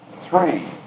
Three